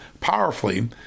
powerfully